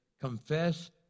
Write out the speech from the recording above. confess